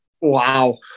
Wow